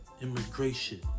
immigration